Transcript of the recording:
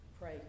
Pray